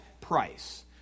price